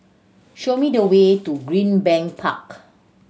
show me the way to Greenbank Park